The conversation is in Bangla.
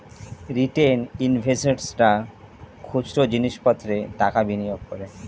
রিটেল ইনভেস্টর্সরা খুচরো জিনিস পত্রে টাকা বিনিয়োগ করে